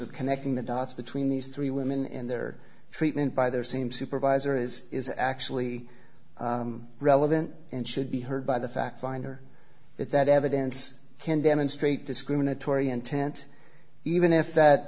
of connecting the dots between these three women and their treatment by their same supervisor is is actually relevant and should be heard by the fact finder if that evidence can demonstrate discriminatory intent even if that